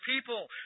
people